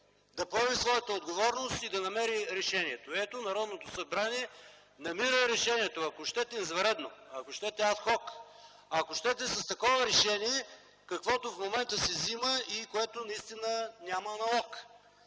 да поеме своята отговорност и да намери решението. И ето, Народното събрание намира решението, ако щете извънредно, ако щете ад хок, ако щете с такова решение, каквото се взима в момента и което наистина няма аналог.